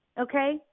okay